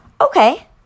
okay